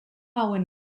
hauen